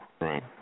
Right